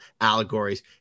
allegories